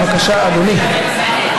בבקשה, אדוני.